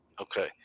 Okay